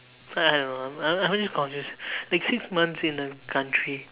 I don't know I am just confused like six months in a country